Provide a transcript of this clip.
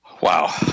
Wow